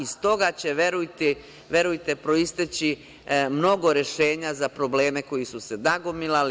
Iz toga će, verujte, proisteći mnogo rešenja za probleme koji su se nagomilali.